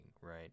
right